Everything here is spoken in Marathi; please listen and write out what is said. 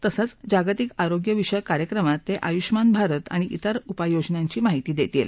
तसंच जागतिक आरोग्य विषयक कार्यक्रमात ते आयुष्मान भारत आणि त्र उपाययोजनांची माहिती देतील